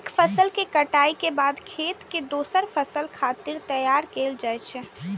एक फसल के कटाइ के बाद खेत कें दोसर फसल खातिर तैयार कैल जाइ छै